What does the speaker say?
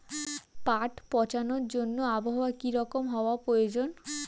পাট পচানোর জন্য আবহাওয়া কী রকম হওয়ার প্রয়োজন?